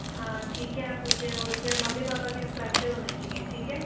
हाँ ठीक है आप मुझे उसपे मम्मी पापा के हस्ताक्षर होने चाहिए ठीक है